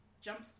jumps